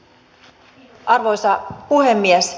kiitos arvoisa puhemies